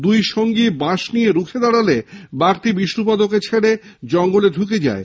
দুই সঙ্গী বাঁশ নিয়ে রুখে দাঁড়ালে বাঘটি বিষ্ণুপদকে ছেড়ে জঙ্গলে ঢুকে যায়